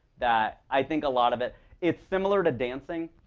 that i think a lot of it it's similar to dancing.